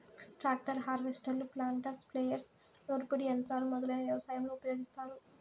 tractor, హార్వెస్టర్లు, planter, sprayers, నూర్పిడి యంత్రాలు మొదలైనవి వ్యవసాయంలో ఉపయోగిస్తారు